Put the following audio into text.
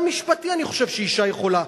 גם משפטי, אני חושב שאשה יכולה.